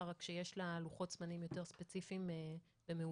רק שיש לה לוחות זמנים יותר ספציפיים ומהודקים.